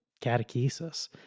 catechesis